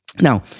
Now